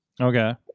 Okay